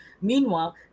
meanwhile